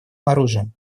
оружием